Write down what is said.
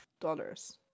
dollars